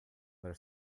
their